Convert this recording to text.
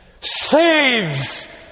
saves